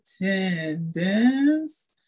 attendance